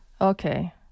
Okay